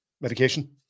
medication